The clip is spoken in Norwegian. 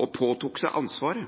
og påtok seg ansvaret.